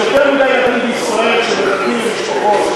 יש יותר מדי ילדים בישראל שמחכים למשפחות,